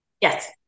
Yes